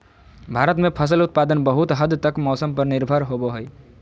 भारत में फसल उत्पादन बहुत हद तक मौसम पर निर्भर होबो हइ